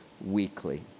weekly